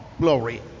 glory